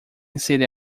city